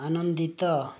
ଆନନ୍ଦିତ